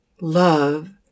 Love